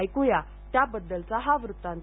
ऐकू या त्याबद्दलचा हा वृत्तांत